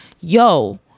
yo